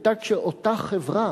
היתה כשאותה חברה